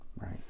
Right